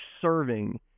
serving